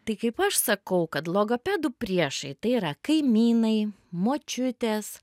tai kaip aš sakau kad logopedų priešai tai yra kaimynai močiutės